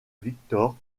viktor